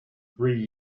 three